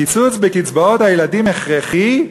הקיצוץ בקצבאות הילדים הכרחי,